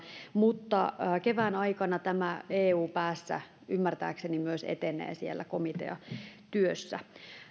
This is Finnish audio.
mutta kevään aikana tämä eu päässä ymmärtääkseni myös etenee siellä komiteatyössä